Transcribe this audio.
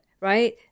right